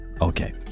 Okay